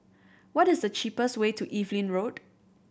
what is the cheapest way to Evelyn Road